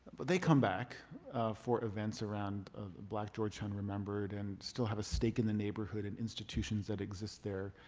but they come back for events around black georgetown remembered and still have a stake in the neighborhood and institutions that exist there.